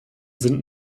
sind